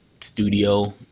studio